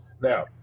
Now